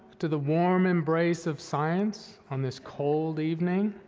to the warm embrace of science on this cold evening.